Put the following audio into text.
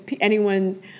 anyone's